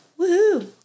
woohoo